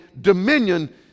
dominion